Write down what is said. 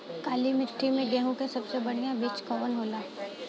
काली मिट्टी में गेहूँक सबसे बढ़िया बीज कवन होला?